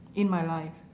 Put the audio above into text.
in my life